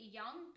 young